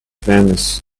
famous